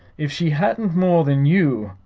if she hadn't more than you,